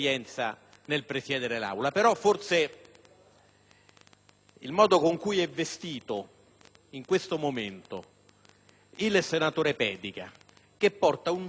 il modo in cui è vestito in questo momento il senatore Pedica (che indossa il giubbotto degli operai di terra di Alitalia)